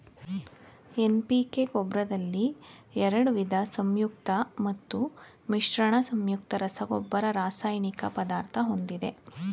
NPK ಗೊಬ್ರದಲ್ಲಿ ಎರಡ್ವಿದ ಸಂಯುಕ್ತ ಮತ್ತು ಮಿಶ್ರಣ ಸಂಯುಕ್ತ ರಸಗೊಬ್ಬರ ರಾಸಾಯನಿಕ ಪದಾರ್ಥ ಹೊಂದಿದೆ